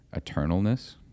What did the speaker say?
eternalness